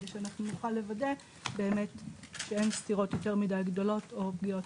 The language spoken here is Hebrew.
זאת כדי שאנחנו נוכל לוודא שאין סתירות יותר מדי גדולות או פגיעות.